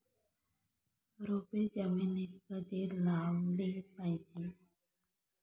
रोपे जमिनीत कधी लावली पाहिजे?